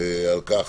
על כך